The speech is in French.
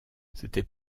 c’était